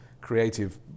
creative